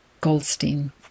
Goldstein